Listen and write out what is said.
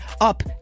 up